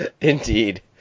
Indeed